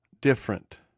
different